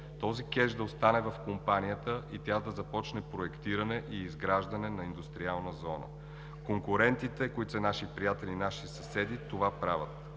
Този кеш да остане в компанията и тя да започне проектиране и изграждане на Индустриална зона. Конкурентите, които са наши приятели, наши съседи, това правят